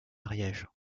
ariège